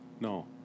No